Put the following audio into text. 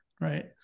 right